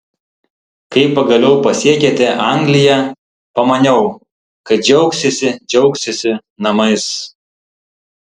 kai pagaliau pasiekėte angliją pamaniau kad džiaugsiesi džiaugsiesi namais